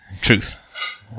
Truth